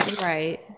Right